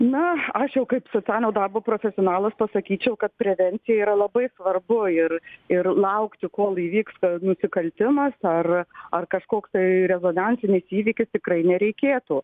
na aš jau kaip socialinio darbo profesionalas pasakyčiau kad prevencija yra labai svarbu ir ir laukti kol įvyks ka nusikaltimas ar ar kažkoks tai rezonansinis įvykis tikrai nereikėtų